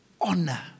Honor